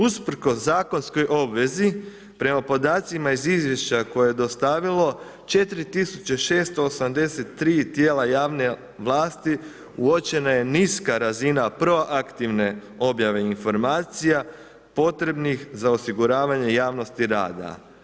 Usprkos zakonskoj obvezi prema podacima iz izvješća koje je dostavilo 4.683 tijela javne vlasti uočena je niska razina proaktivne objave informacija potrebnih za osiguravanje javnosti rada.